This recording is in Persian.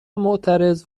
معترض